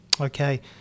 Okay